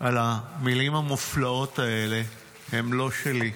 על המילים המופלאות האלה, הן לא שלי.